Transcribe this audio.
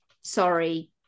sorry